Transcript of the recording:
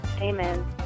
Amen